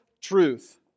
truth